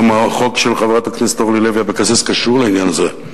גם החוק של חברת הכנסת אורלי לוי אבקסיס קשור לעניין הזה.